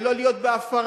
ולא להיות בהפרה,